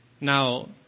Now